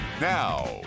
now